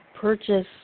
purchase